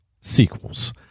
sequels